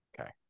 Okay